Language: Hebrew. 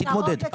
תתמודד.